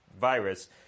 virus